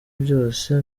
byose